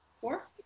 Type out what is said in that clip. Four